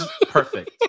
perfect